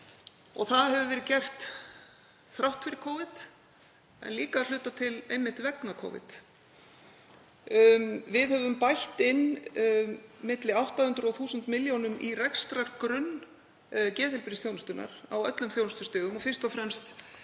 Það hefur verið gert þrátt fyrir Covid en líka að hluta til einmitt vegna Covid. Við höfum bætt inn 800–1.000 millj. kr. í rekstrargrunn geðheilbrigðisþjónustunnar á öllum þjónustustigum og fyrst og fremst